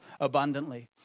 abundantly